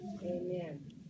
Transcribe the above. Amen